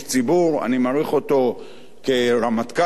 אני מעריך אותו כרמטכ"ל לשעבר,